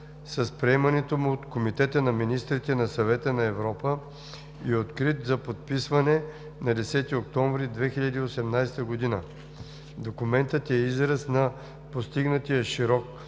с приемането му от Комитета на министрите на Съвета на Европа и е открит за подписване на 10 октомври 2018 г. Документът е израз на постигнатия широк